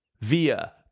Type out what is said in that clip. via